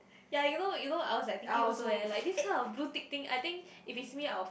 ya you know you know I was like thinking also [eh]like this kind of blue tick thing I think if it's me I will flip